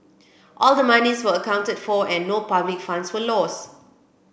all the monies were accounted for and no public funds were lost